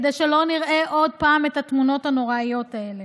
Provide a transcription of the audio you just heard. כדי שלא נראה עוד פעם את התמונות הנוראיות האלה.